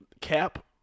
Cap